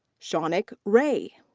shawnak ray.